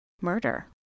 Murder